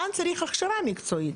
כאן צריך הכשרה מקצועית,